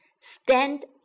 Stand